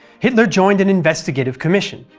hitler joined an investigative commission,